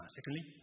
Secondly